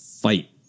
fight